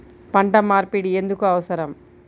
పంట మార్పిడి ఎందుకు అవసరం?